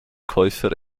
käufer